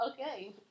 Okay